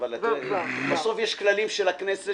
הרי הבטחתם שלא תייקרו את השפדן,